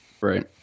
Right